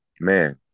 man